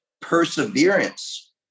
perseverance